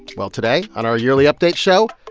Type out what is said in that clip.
well, today, on our yearly update show,